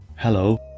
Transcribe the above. Hello